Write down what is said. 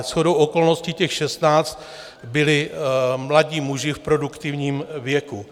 Shodou okolností těch šestnáct byli mladí muži v produktivním věku.